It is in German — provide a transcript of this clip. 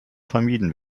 vermieden